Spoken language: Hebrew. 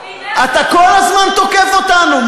אתה כל הזמן תוקף אותנו,